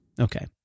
Okay